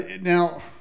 Now